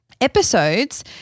episodes